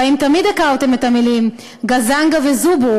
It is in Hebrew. והאם תמיד הכרתם את המילים גזנגה וזובור